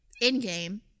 in-game